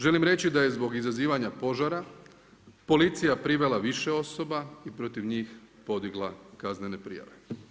Želim reći da je zbog izazivanja požara policija privela više osoba i protiv njih podigla kaznene prijave.